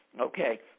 Okay